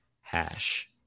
hash